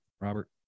Robert